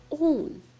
own